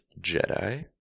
Jedi